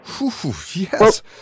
yes